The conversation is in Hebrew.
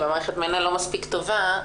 אם המנע לא מספיק טובה,